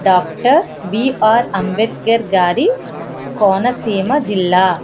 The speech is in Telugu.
డాక్టర్ బిఆర్ అంబేద్కర్ గారి కోనసీమ జిల్లా